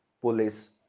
police